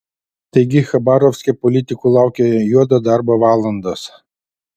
taigi chabarovske politikų laukia juodo darbo valandos